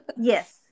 Yes